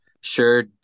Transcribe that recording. Sure